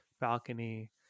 balcony